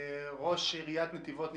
ראש עיריית נתיבות,